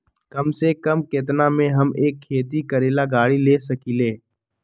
कम से कम केतना में हम एक खेती करेला गाड़ी ले सकींले?